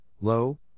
low